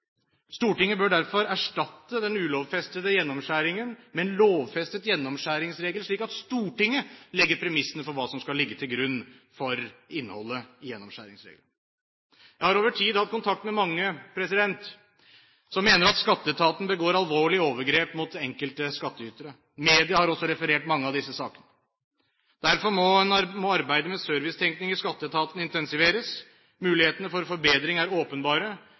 Stortinget. Stortinget bør derfor erstatte den ulovfestede gjennomskjæring med en lovfestet gjennomskjæringsregel, slik at Stortinget legger premissene for hva som skal ligge til grunn for innholdet i gjennomskjæringsregelen. Jeg har over tid hatt kontakt med mange som mener at Skatteetaten begår alvorlige overgrep mot enkelte skattytere. Media har også referert mange av disse sakene. Derfor må arbeidet med servicetenkning i Skatteetaten intensiveres. Mulighetene for forbedring er åpenbare,